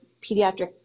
pediatric